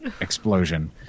explosion